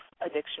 addiction